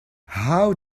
how